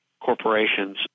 corporations